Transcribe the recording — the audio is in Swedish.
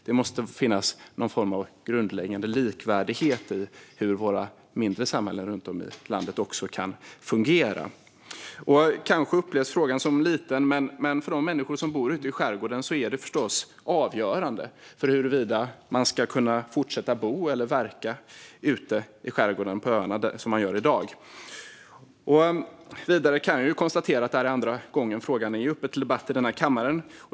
Det måste finnas någon form av grundläggande likvärdighet i hur våra mindre samhällen runt om i landet kan fungera. Kanske upplevs frågan som liten, men för de människor som bor eller verkar ute i skärgården är den förstås avgörande för huruvida man ska kunna fortsätta som man gör i dag ute på öarna. Vidare kan jag konstatera att det här är andra gången frågan är uppe till debatt i denna kammare.